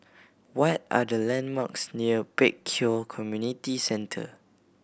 what are the landmarks near Pek Kio Community Centre